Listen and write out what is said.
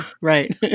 Right